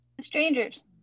Strangers